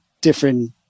different